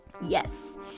yes